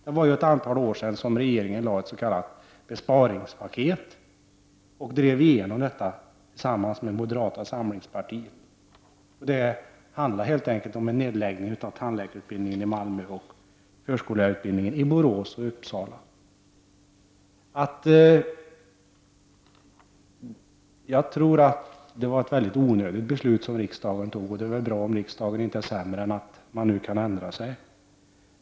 Det var ett antal år sedan regeringen lade fram ett s.k. besparingspaket och drev igenom en reducering tillsammans med moderata samlingspartiet. Det handlade helt enkelt om en nedläggning av tandläkarutbildningen i Malmö och förskollärarutbildningen i Borås och Uppsala. Det var ett mycket onödigt beslut som riksdagen fattade. Det är bra att man i riksdagen inte är sämre än att man nu kan ändra sig.